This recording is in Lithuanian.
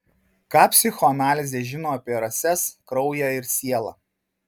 ką psichoanalizė žino apie rases kraują ir sielą